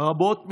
רבות מדי,